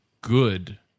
good